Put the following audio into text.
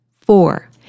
Four